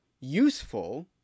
useful